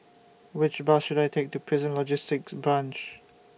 Which Bus should I Take to Prison Logistic Branch